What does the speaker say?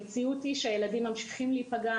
המציאות היא שהילדים ממשיכים להיפגע,